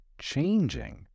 changing